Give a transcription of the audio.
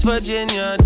Virginia